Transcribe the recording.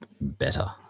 better